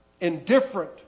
indifferent